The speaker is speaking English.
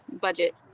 budget